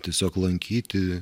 tiesiog lankyti